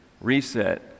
reset